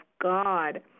God